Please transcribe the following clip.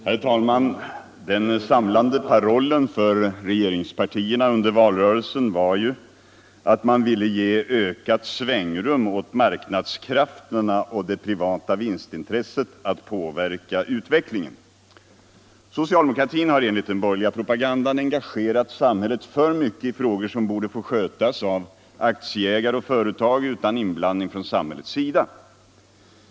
Herr talman! Den samlande parollen för regeringspartierna under valrörelsen var att man ville ge ökat svängrum åt marknadskrafterna och det privata vinstintresset att påverka utvecklingen. Socialdemokratin har enligt den borgerliga propagandan engagerat samhället för mycket i frågor som borde få skötas av aktieägare och företag utan inblandning från samhällets sida.